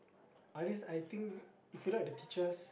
at least I think if you look at the teachers